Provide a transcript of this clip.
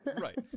right